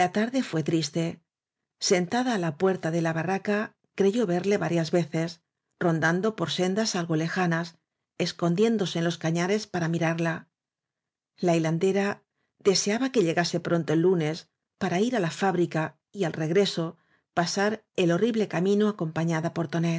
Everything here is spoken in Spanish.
tarde fué triste sentada á la puerta de la barraca creyó verle varias veces rondando por sendas algo lejanas escondiéndose en los cañares para mirarla la hilandera deseaba que llegase pronto el lunes para ir á la fábrica y al regreso pasar el horrible camino acompañada por